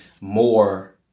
more